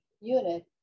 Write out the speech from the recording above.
unit